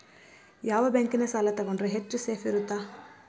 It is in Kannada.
ಯಾವ ಬ್ಯಾಂಕಿನ ಸಾಲ ತಗೊಂಡ್ರೆ ಹೆಚ್ಚು ಸೇಫ್ ಇರುತ್ತಾ?